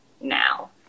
now